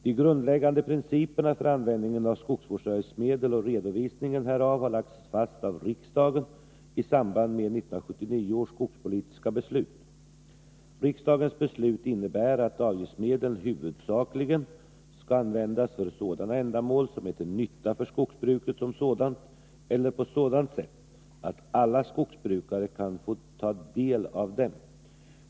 De grundläggande principerna för användningen av skogsvårdsavgiftsmedlen och redovisningen härav har lagts fast av riksdagen i samband med 1979 års skogspolitiska beslut. Riksdagens beslut innebär att avgiftsmedlen skall användas huvudsakligen för sådana ändamål som är till nytta för skogsbruket som sådant eller på sådant sätt att alla skogsbrukare kan få ta del av dem.